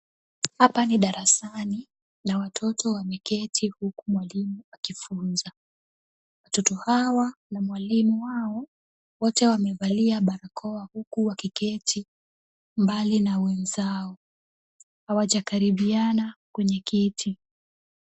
Hapa ni darasani na watoto wameketi huku mwalimu akifunza. Watoto hawa na mwalimu wao wote wamevalia barakoa huku wakiketi mbali na wenzao. Hawajakaribiana kwenye kiti.